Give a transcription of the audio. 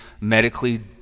medically